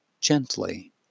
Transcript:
gently